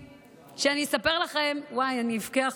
שאני אספר לכם, וואי, אני אבכה עכשיו.